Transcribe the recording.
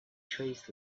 trays